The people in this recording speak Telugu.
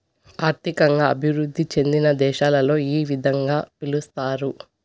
ఆర్థికంగా అభివృద్ధి చెందిన దేశాలలో ఈ విధంగా పిలుస్తారు